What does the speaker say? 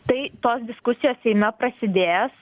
tai tos diskusijos seime prasidės